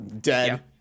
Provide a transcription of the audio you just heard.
Dead